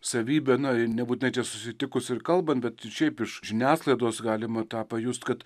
savybę na ir nebūtinai čia susitikus ir kalbant bet šiaip iš žiniasklaidos galima tą pajust kad